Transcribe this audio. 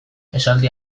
esaldi